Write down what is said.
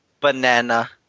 Banana